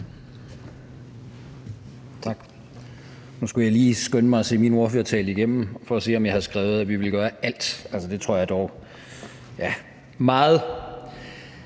Tak. Nu skulle jeg lige skynde mig at se min ordførertale igennem for at se, om jeg havde skrevet, at vi ville gøre »alt«, altså, det tror jeg dog, ja, meget!